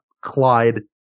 Clyde